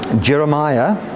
Jeremiah